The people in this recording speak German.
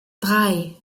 drei